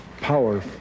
power